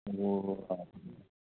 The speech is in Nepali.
ओ हजुर